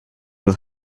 will